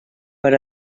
per